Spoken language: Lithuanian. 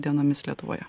dienomis lietuvoje